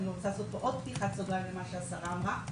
אני רוצה לעשות פה עוד פתיחת סוגריים למה שהשרה אמרה,